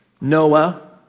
Noah